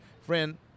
friend